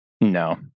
No